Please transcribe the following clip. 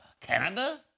Canada